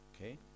Okay